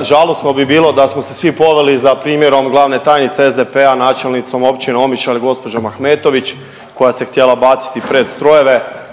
Žalosno bi bilo da smo se svi poveli za primjerom glavne tajnice SDP-a, načelnicom Općine Omišalj, gđom. Ahmetović, koja se htjela baciti pred strojeve